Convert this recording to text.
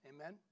amen